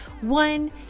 One